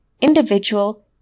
individual